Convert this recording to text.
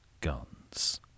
guns